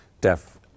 deaf